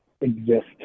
exist